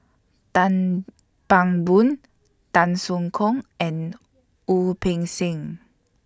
Dang Bang Boon Tan Soo Khoon and Wu Peng Seng